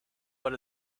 but